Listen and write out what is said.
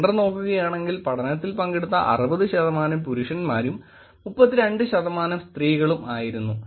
gender നോക്കുകയാണെങ്കിൽ പഠനത്തിൽ പങ്കെടുത്ത 67 ശതമാനം പുരുഷന്മാരും 32 ശതമാനം സ്ത്രീകളും ആയിരുന്നു